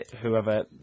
whoever